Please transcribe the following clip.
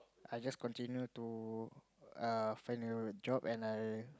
I just continue to err find a job and I